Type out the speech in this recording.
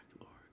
Lord